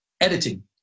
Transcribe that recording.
editing